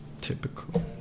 Typical